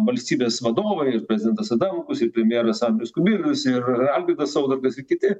valstybės vadovai ir prezidentas adamkus ir premjeras andrius kubilius ir algirdas saudargas ir kiti